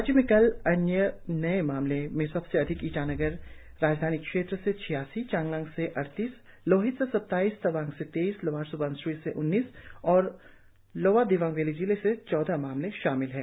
राज्य कल आए नए मामलों में सबसे अधिक ईटानगर राजधानी क्षेत्र से छियासठ चांगलांग से अड़तीस लोहित से सत्ताइस तवांग से तेईस लोअर स्बनसिरी से उन्नीस और लोअर दिबांग वैली से चौदह मामले दर्ज किए गए